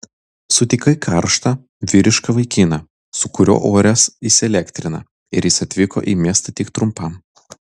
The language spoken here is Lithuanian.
sutikai karštą vyrišką vaikiną su kuriuo oras įsielektrina ir jis atvyko į miestą tik trumpam